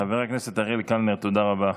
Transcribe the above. חבר הכנסת אריאל קלנר, תודה רבה.